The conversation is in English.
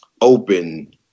open